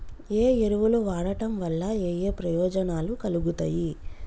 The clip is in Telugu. ఏ ఎరువులు వాడటం వల్ల ఏయే ప్రయోజనాలు కలుగుతయి?